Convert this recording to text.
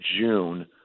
June